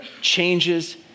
changes